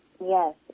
Yes